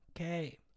Okay